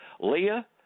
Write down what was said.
Leah